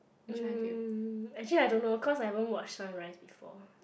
mm actually I don't know cause I don't watch sunrise before